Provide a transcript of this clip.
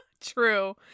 True